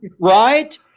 right